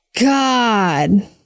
God